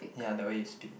ya the way you speak